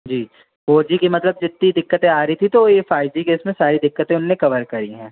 जी four G के मतलब जितनी दिक्कतें आ रही थी तो ये फ़ाइव जी के इसमें सारी दिक्कतें उनने कवर करी हैं